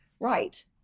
Right